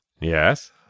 Yes